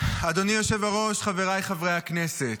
--- אדוני היושב-ראש, חבריי חברי הכנסת,